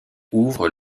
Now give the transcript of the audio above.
ouvre